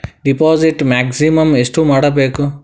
Deposit maximum ಎಷ್ಟು ಮಾಡಬೇಕು?